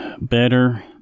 better